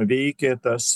veikė tas